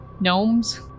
Gnomes